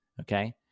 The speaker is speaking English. Okay